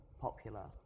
popular